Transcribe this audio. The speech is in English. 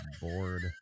bored